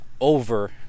Over